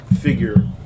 figure